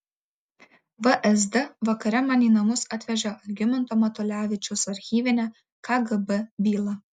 vsd vakare man į namus atvežė algimanto matulevičiaus archyvinę kgb bylą